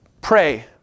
pray